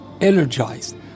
energized